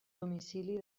domicili